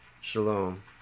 Shalom